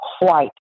white